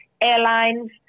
airlines